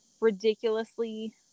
ridiculously